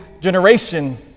generation